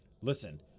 listen